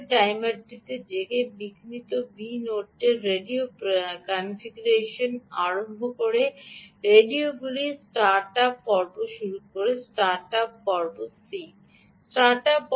তারপরে টাইমারটিতে জেগে বিঘ্নিত b নোড রেডিও কনফিগারেশন আরম্ভ করে এবং রেডিওগুলি স্টার্ট আপ পর্ব শুরু করে স্টার্ট আপ পর্ব c